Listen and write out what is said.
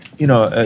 you know, ah